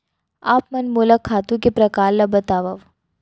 आप मन मोला खातू के प्रकार ल बतावव?